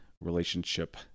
relationship